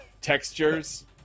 textures